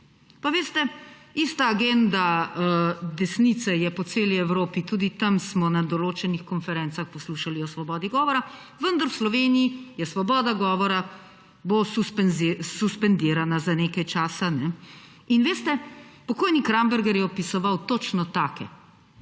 Pa veste, ista agenda desnice je po celi Evropi, tudi tam smo na določenih konferencah poslušali o svobodi govora, vendar v Sloveniji svoboda govora bo suspendirana za nekaj časa. Veste, pokojni Kramberger je opisoval točno take,